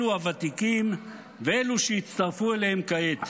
אלו הוותיקים ואלו שהצטרפו אליהם כעת.